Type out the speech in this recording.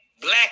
black